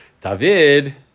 David